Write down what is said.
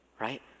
right